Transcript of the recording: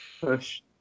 push